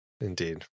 indeed